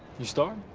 you star?